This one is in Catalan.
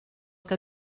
que